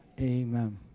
amen